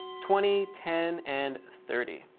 twenty, ten, and thirty.